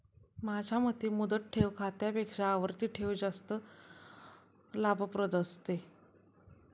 माझ्या मते मुदत ठेव खात्यापेक्षा आवर्ती ठेव खाते जास्त लाभप्रद असतं